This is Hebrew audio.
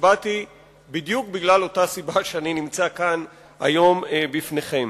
והתנגדתי בדיוק בגלל אותה סיבה שאני נמצא כאן היום לפניכם.